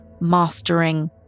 mastering